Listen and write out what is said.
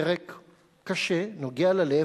פרק קשה, נוגע ללב.